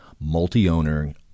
multi-owner